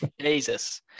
Jesus